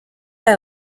aya